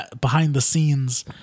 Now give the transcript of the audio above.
behind-the-scenes